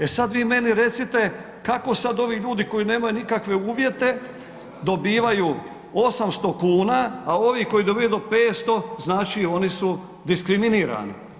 E sada vi meni recite, kako sada ovi ljudi koji nemaju nikakve uvjete dobivaju 800 kuna, a ovi koji dobivaju do 500 oni su diskriminirani.